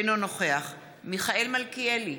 אינו נוכח מיכאל מלכיאלי,